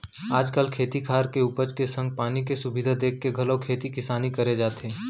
आज काल खेत खार के उपज के संग पानी के सुबिधा देखके घलौ खेती किसानी करे जाथे